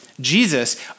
Jesus